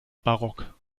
barock